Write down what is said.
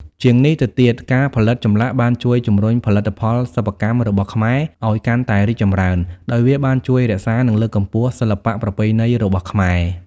ជាងនេះទៅទៀត ការផលិតចម្លាក់បានជួយជំរុញផលិតផលសិប្បកម្មរបស់ខ្មែរឲ្យកាន់តែរីកចម្រើន ដោយវាបានជួយរក្សា និងលើកកម្ពស់សិល្បៈប្រពៃណីរបស់ខ្មែរ។